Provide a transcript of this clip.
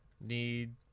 need